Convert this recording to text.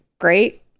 great